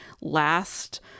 last